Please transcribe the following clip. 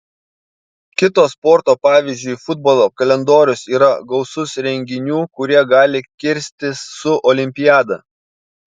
kito sporto pavyzdžiui futbolo kalendorius yra gausus renginių kurie gali kirstis su olimpiada